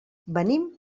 venim